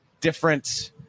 different